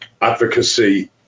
advocacy